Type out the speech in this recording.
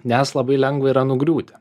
nes labai lengva yra nugriūti